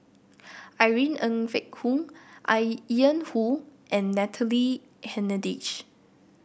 Irene Ng Phek Hoong I Ian Woo and Natalie Hennedige